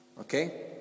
Okay